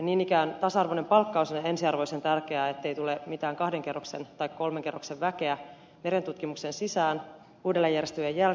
niin ikään tasa arvoinen palkkaus on ensiarvoisen tärkeää ettei tule mitään kahden kerroksen tai kolmen kerroksen väkeä merentutkimuksen sisään uudelleenjärjestelyjen jälkeen